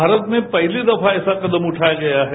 भारत में पहली दफा ऐसा कदम उठाया गया है